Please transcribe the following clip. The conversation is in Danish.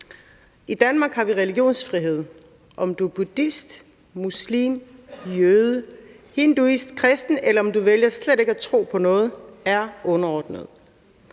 I Danmark har vi religionsfrihed. Om du er buddhist, muslim, jøde, hinduist, kristen, eller om du vælger slet ikke at tro på noget, er underordnet.